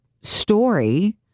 story